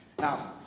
Now